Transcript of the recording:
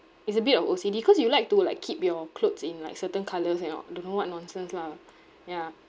it's a bit of O_C_D cause you like to like keep your clothes in like certain colours you know don't know what nonsense lah ya